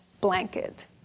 blanket